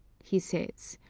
he says,